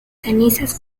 cenizas